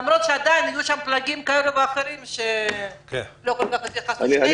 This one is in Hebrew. למרות שעדיין יהיו שם פלגים כאלה ואחרים שלא כל כך יתייחסו.